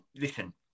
listen